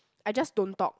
I just don't talk